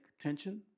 tension